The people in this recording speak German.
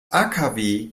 akw